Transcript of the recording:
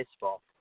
baseball